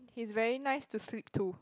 he's very nice to sleep to